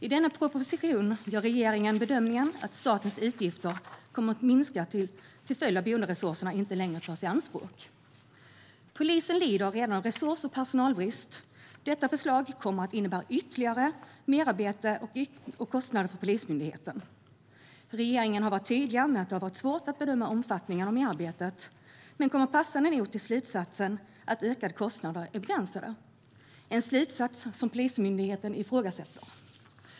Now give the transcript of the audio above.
I denna proposition gör regeringen bedömningen att statens utgifter kommer att minska till följd av att boenderesurserna inte längre tas i anspråk. Polisen lider redan av resurs och personalbrist. Detta förslag kommer att innebära ytterligare merarbete och kostnader för Polismyndigheten. Regeringen har varit tydlig med att det har varit svårt att bedöma omfattningen av merarbetet, men regeringen kommer passande nog till slutsatsen att ökade kostnader är begränsade. Det är en slutsats som Polismyndigheten ifrågasätter.